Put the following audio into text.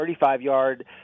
35-yard